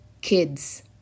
kids